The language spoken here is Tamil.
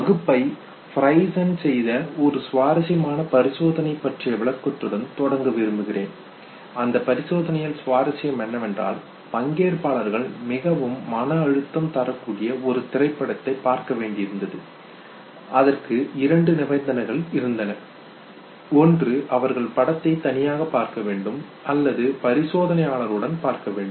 வகுப்பை ஃப்ரைசன் செய்த ஒரு சுவாரஸ்யமான பரிசோதனை பற்றிய விளக்கத்துடன் தொடங்க விரும்புகிறேன் அந்த பரிசோதனையில் சுவாரஸ்யம் என்னவென்றால் பங்கேற்பாளர்கள் மிகவும் மன அழுத்தம் தரக்கூடிய ஒரு திரைப்படத்தை பார்க்க வேண்டியிருந்தது அதற்கு இரண்டு நிபந்தனைகள் இருந்தன ஒன்று அவர்கள் படத்தை தனியாக பார்க்க வேண்டும் அல்லது பரிசோதனையாளருடன் பார்க்க வேண்டும்